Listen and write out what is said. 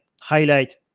highlight